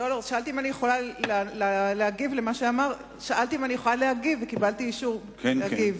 שאלתי אם אני יכולה להגיב, וקיבלתי אישור להגיב.